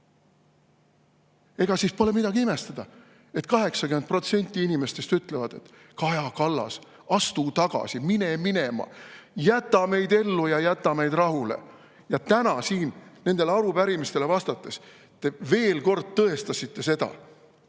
Ega siis pole midagi imestada, et 80% inimestest ütleb, et Kaja Kallas, astu tagasi, mine minema, jäta meid ellu ja jäta meid rahule. Täna siin nendele arupärimistele vastates te tõestasite veel